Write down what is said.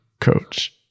coach